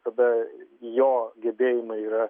tada jo gebėjimai yra